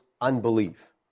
unbelief